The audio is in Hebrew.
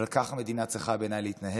אבל ככה מדינה צריכה להתנהל.